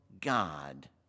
God